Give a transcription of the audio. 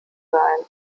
sein